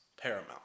paramount